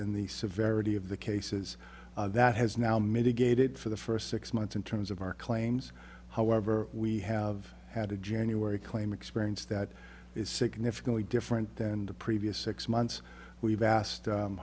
and the severity of the cases that has now mitigated for the first six months in terms of our claims however we have had a january claim experience that is significantly different than the previous six months we've asked